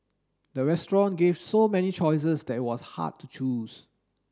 the restaurant gave so many choices that it was hard to choose